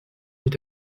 est